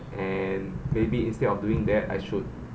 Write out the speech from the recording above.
and maybe instead of doing that I should